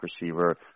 receiver